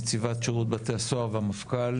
נציבת שירות בתי הסוהר והמפכ"ל,